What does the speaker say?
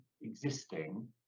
existing